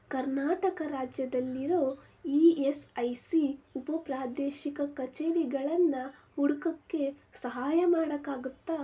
ಕರ್ನಾಟಕ ರಾಜ್ಯದಲ್ಲಿರೋ E S I C ಉಪಪ್ರಾದೇಶಿಕ ಕಚೇರಿಗಳನ್ನು ಹುಡ್ಕೋಕ್ಕೆ ಸಹಾಯ ಮಾಡೋಕ್ಕಾಗತ್ತಾ